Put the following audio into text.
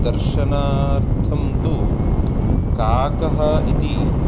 दर्शनार्थं तु काकः इति